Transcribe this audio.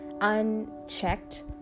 unchecked